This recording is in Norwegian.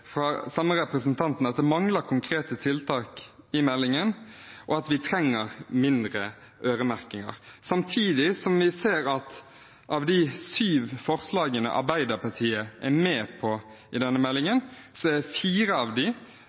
mangler konkrete tiltak i meldingen, og at vi trenger mindre øremerking – samtidig som vi ser at av de syv forslagene Arbeiderpartiet er med på i denne meldingen, handler fire av